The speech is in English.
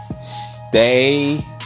stay